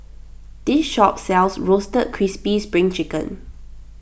this shop sells Roasted Crispy Spring Chicken